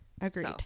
agreed